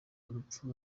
urupfu